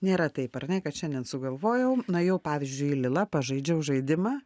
nėra taip ar ne kad šiandien sugalvojau nuėjau pavyzdžiui į lilą pažaidžiau žaidimą